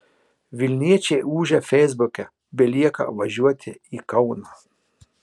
vilniečiai ūžia feisbuke belieka važiuoti į kauną